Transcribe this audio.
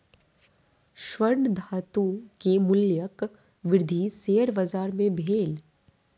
स्वर्ण धातु के मूल्यक वृद्धि शेयर बाजार मे भेल